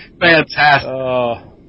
Fantastic